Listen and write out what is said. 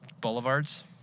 boulevards